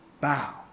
bow